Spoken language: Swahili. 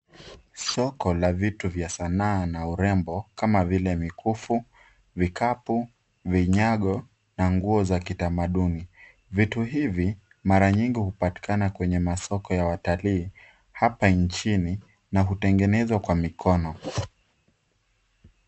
Soko la vitu vya sanaa na urembo kama vile mikufu, vikapu, vinyago na nguo za kitamaduni. Vitu hivi mara nyingi hupatikana kwenye masoko ya watalii hapa nchini na hutengenzwa kwa mikono.